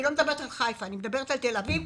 ואני לא מדברת על חיפה אלא מדברת על תל אביב,